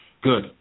Good